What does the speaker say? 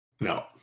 No